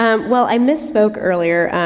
um well, i misspoke earlier.